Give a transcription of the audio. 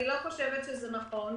אני לא חושבת שזה נכון,